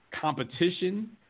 competition